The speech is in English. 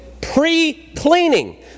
pre-cleaning